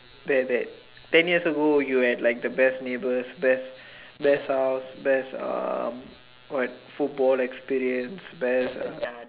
that that ten years ago you had like the best neighbours best best house best uh what football experience best